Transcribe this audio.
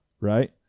Right